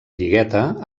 lligueta